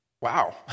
Wow